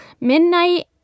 midnight